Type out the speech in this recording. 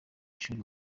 ishuri